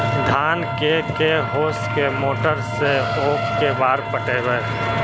धान के के होंस के मोटर से औ के बार पटइबै?